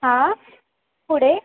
हां पुढे